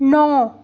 ਨੌਂ